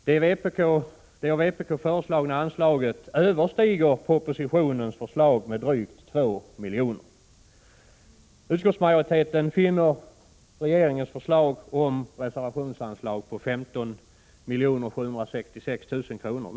Det av vpk föreslagna anslaget överstiger propositionens förslag med drygt 2 milj.kr. Utskottsmajoriteten finner regeringens förslag om reservationsanslag på 15 766 000 kr.